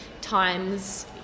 times